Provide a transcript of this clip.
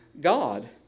god